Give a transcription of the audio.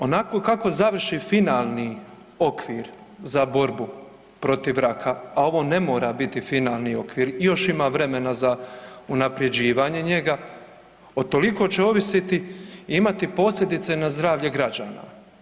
Onako kako završi finalni okvir za borbu protiv raka, a ovo ne mora biti finalni okvir, još ima vremena za unaprjeđivanje njega, utoliko će ovisiti i imati posljedice na zdravlje građana.